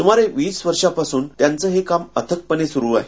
सुमारे वीस वर्षांपासून त्यांचे हे काम अथक सुरू आहे